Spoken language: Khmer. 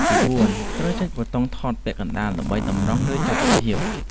ទី4 ត្រូវចុចប៊ូតុងថតពាក់កណ្តាលដើម្បីតម្រង់ ឬចាប់រូបភាព។